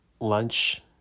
lunch